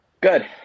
Good